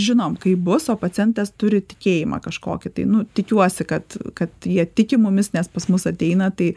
žinom kaip bus o pacientas turi tikėjimą kažkokį tai nu tikiuosi kad kad jie tiki mumis nes pas mus ateina tai